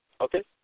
Okay